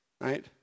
right